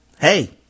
hey